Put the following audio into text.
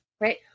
right